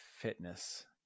fitness